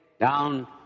down